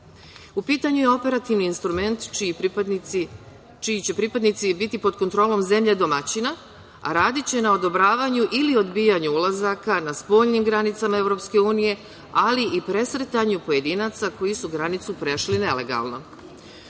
pitanju je operativni instrument čiji će pripadnici biti pod kontrolom zemlje domaćina, a radiće na odobravanju ili odbijanju ulazaka na spoljnim granicama EU, ali i presretanju pojedinaca koji su granicu prešli nelegalno.